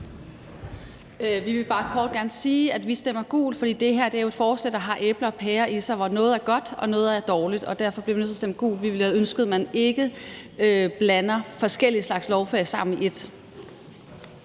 Vi vil bare kort gerne sige, at vi stemmer gult, fordi det her er et forslag, der har æbler og pærer i sig, altså hvor noget er godt og noget er dårligt. Og derfor bliver vi nødt til at stemme gult. Vi ville have ønsket, at man ikke blander forskellige slags lovforslag sammen i ét.